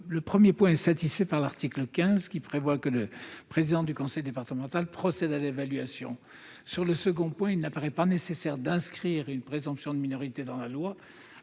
18 rectifié est satisfait par l'article 15, qui prévoit que le président du conseil départemental procède à l'évaluation. Sur le second point, il n'apparaît pas nécessaire d'inscrire une présomption de minorité dans la loi,